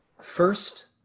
First